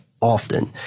often